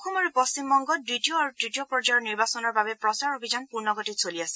অসম আৰু পশ্চিমবংগত দ্বিতীয় আৰু তৃতীয় পৰ্যায়ৰ নিৰ্বাচনৰ বাবে প্ৰচাৰ অভিযান পূৰ্ণগতিত চলি আছে